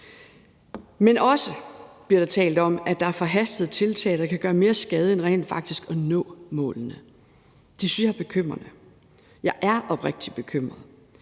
Men der bliver også talt om, at der er forhastede tiltag, der kan gøre mere skade end rent faktisk hjælpe med at nå målene. Det synes jeg er bekymrende. Jeg er oprigtigt bekymret.